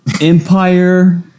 empire